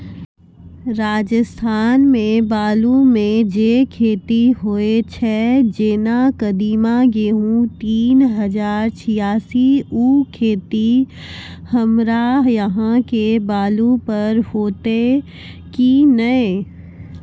राजस्थान मे बालू मे जे खेती होय छै जेना कदीमा, गेहूँ तीन हजार छियासी, उ खेती हमरा यहाँ के बालू पर होते की नैय?